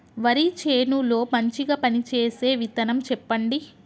వరి చేను లో మంచిగా పనిచేసే విత్తనం చెప్పండి?